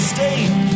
State